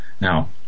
Now